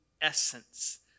essence